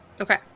Okay